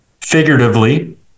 figuratively